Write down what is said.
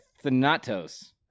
Thanatos